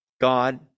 God